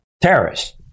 terrorists